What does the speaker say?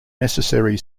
necessary